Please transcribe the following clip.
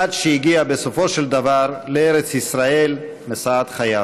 עד שהגיע בסופו של דבר לארץ ישראל, משאת חייו.